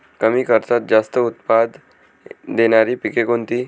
कमी खर्चात जास्त उत्पाद देणारी पिके कोणती?